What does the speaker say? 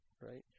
right